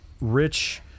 rich